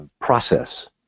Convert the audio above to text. process